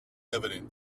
evident